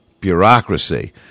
bureaucracy